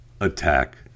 attack